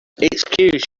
excuse